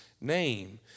name